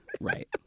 Right